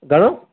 घणो